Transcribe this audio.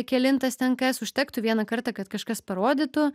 kelintas ten kas užtektų vieną kartą kad kažkas parodytų